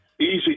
easy